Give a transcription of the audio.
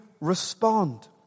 respond